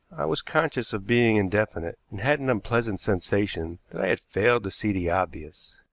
was conscious of being indefinite, and had an unpleasant sensation that i had failed to see the obvious.